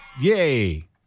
Yay